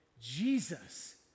Jesus